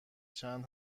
چند